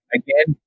again